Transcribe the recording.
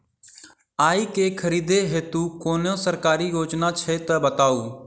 आइ केँ खरीदै हेतु कोनो सरकारी योजना छै तऽ बताउ?